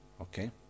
Okay